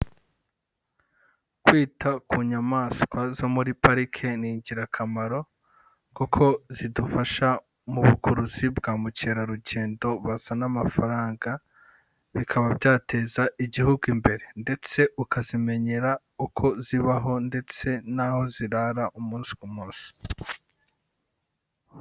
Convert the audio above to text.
Kwita ku nyamaswa zo muri parike ni ingirakamaro kuko zidufasha mu bukuruzi bwa mukerarugendo, bazana amafaranga, bikaba byateza igihugu imbere ndetse ukazimenyera uko zibaho ndetse n'aho zirara umunsi ku munsi.